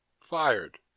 fired